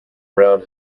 around